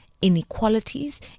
Inequalities